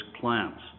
plants